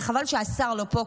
וחבל שהשר לא פה,